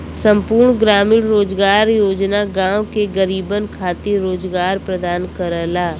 संपूर्ण ग्रामीण रोजगार योजना गांव के गरीबन खातिर रोजगार प्रदान करला